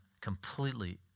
completely